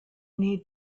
need